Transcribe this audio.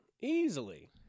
Easily